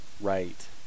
right